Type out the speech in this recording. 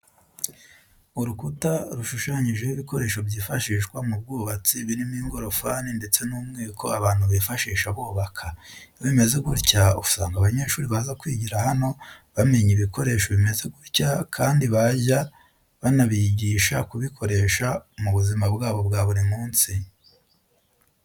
Urukuta rushushanyijeho ibikoresho byifashishwa mu bwubatsi birimo ingorofani ndetse n'umwiko abantu bifashisha bubaka, iyo bimeze gutya usanga abanyeshuri baza kwigira hano bamenya ibikoresho bimeze gutya kandi bajya banabigisha kubikoresha mu buzima bwabo bwa buri munsi.